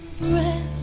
breath